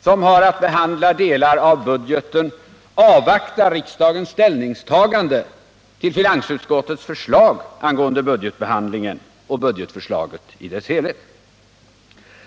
som har att behandla delar av budgeten avvaktar riksdagens ställningstagande till finansutskottets förslag angående budgetbehandlingen och budgetförslaget i dess helhet.